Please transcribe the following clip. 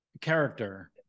character